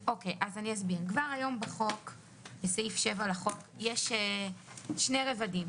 כבר היום בסעיף 7 לחוק יש שני רבדים